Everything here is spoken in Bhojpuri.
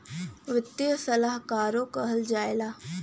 वित्तीय सलाहकारो कहल जाला